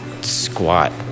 squat